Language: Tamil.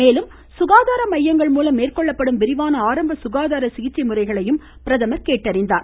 மேலும் சுகாதார மையங்கள் மூலம் மேற்கொள்ளப்படும் விரிவான ஆரம்ப சுகாதார சிகிச்சை முறைகளையும் பிரதமர் கேட்டறிந்தார்